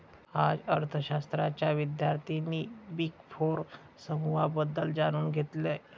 आज अर्थशास्त्राच्या विद्यार्थ्यांनी बिग फोर समूहाबद्दल जाणून घेतलं